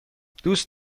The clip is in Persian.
دوست